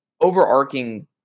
overarching